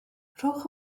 rhowch